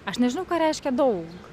aš nežinau ką reiškia daug